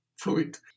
fluid